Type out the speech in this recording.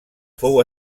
fou